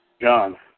John